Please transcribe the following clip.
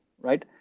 right